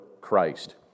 Christ